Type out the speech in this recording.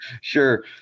Sure